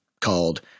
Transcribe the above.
called